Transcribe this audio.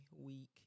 week